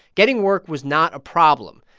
getting work was not a problem.